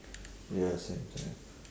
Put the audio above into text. ya same same